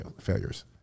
failures